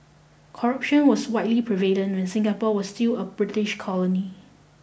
corruption was widely prevalent when Singapore was still a British colony